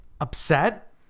upset